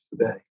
today